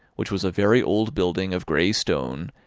which was a very old building of gray stone,